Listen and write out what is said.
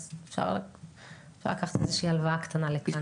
אפשר לקחת איזושהי הלוואה קטנה אלינו.